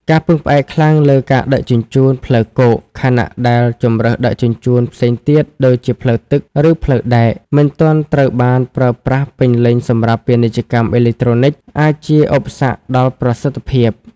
ការពឹងផ្អែកខ្លាំងលើការដឹកជញ្ជូនផ្លូវគោក ខណៈដែលជម្រើសដឹកជញ្ជូនផ្សេងទៀត (ដូចជាផ្លូវទឹក ឬផ្លូវដែក) មិនទាន់ត្រូវបានប្រើប្រាស់ពេញលេញសម្រាប់ ពាណិជ្ជកម្មអេឡិចត្រូនិក អាចជាឧបសគ្គដល់ប្រសិទ្ធភាព។